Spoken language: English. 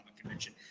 convention